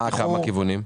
מה הכמה כיוונים?